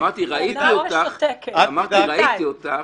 אמרתי, ראיתי אותך.